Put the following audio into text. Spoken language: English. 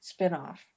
spinoff